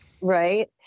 Right